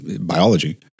biology